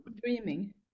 dreaming